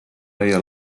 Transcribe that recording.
meie